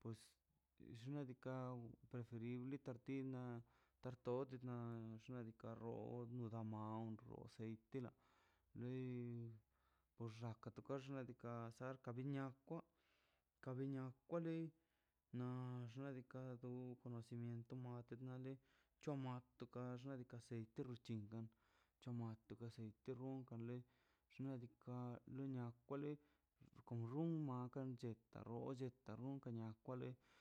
pues xnaꞌ diikaꞌ preferible tantina tartodna xnaꞌ diikaꞌ roo odi ma onditila loi oxaka tokaxa sarka biniakwa kabinia kwa li na xnaꞌ diikaꞌ to conocimiento tei nale choa mateka tika ceite tu chin chamat to aceite run kan len xnaꞌ diikaꞌ kwa lei kon run maka che ta roche unka nie kwa le.